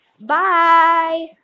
bye